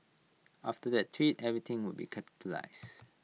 after that tweet everything would be capitalised